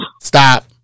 Stop